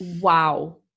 wow